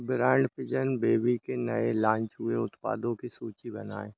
brand Pigeon Baby के नए launch हुए उत्पादों की सूची बनाएँ